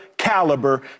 caliber